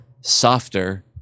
softer